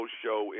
show